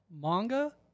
manga